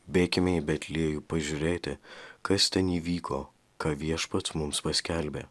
bėkime į betliejų pažiūrėti kas ten įvyko ką viešpats mums paskelbė